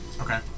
Okay